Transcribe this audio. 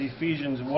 Ephesians